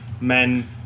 Men